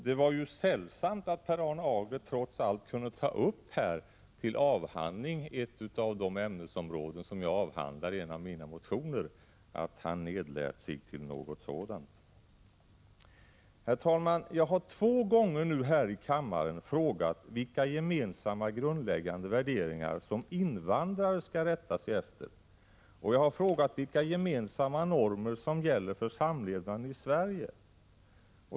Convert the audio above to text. Det var sällsamt att Per Arne Aglert här trots allt kunde ta upp till debatt ett av de ämnesområden som jag avhandlar i en av mina motioner. Tänk att han nedlät sig till något sådant! Herr talman! Jag har nu två gånger frågat här i kammaren vilka gemensamma, grundläggande värderingar som invandrare skall rätta sig efter, och jag har frågat vilka gemensamma normer för samlevnaden som gäller i Sverige.